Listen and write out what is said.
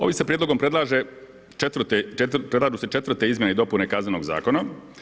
Ovim se prijedlogom predlaže, rade se četvrte izmjene i dopune Kaznenog zakona.